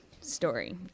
story